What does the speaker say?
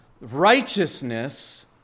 righteousness